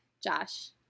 Josh